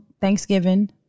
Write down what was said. Thanksgiving